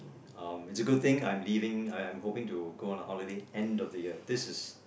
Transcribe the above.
um it's a good thing I'm leaving I I'm hoping to go on a holiday end of the year this is